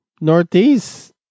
Northeast